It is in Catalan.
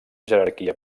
jerarquia